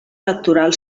electoral